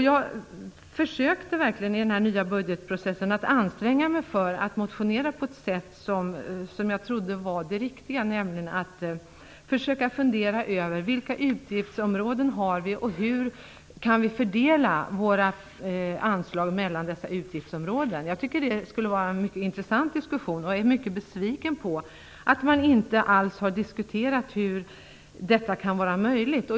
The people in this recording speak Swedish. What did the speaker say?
Jag försökte verkligen att i den nya budgetprocessen anstränga mig för att motionera på ett sätt som jag trodde var det riktiga, nämligen att försöka fundera över vilka utgiftsområden vi har och hur vi kan fördela våra anslag mellan dessa utgiftsområden. Jag tycker att det skulle vara en mycket intressant diskussion. Jag är mycket besviken över att man inte alls har diskuterat hur detta kan vara möjligt.